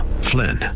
Flynn